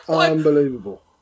Unbelievable